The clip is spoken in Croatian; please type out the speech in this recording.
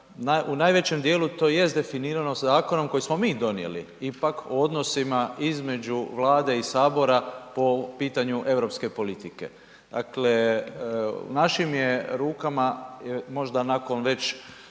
u najvećem dijelu to jest definirano zakonom koji smo mi donijeli. Ipak, o odnosima između Vlade i Sabora po pitanju europske politike. Dakle u našim je rukama možda nakon već